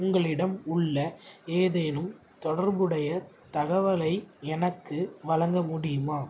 உங்களிடம் உள்ள ஏதேனும் தொடர்புடைய தகவலை எனக்கு வழங்க முடியுமா